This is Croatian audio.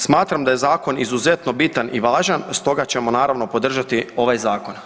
Smatram da je Zakon izuzetno bitan i važan, stoga ćemo, naravno, podržati ovaj Zakon.